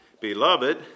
beloved